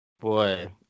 Boy